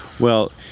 well,